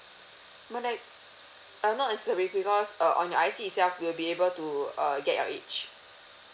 birth date um not necessary because uh on your I_C itself we'll be able to uh get your age